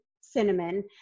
cinnamon